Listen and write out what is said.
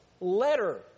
letter